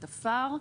את ה-FAR.